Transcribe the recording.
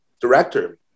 director